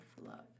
love